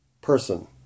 person